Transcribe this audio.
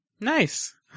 Nice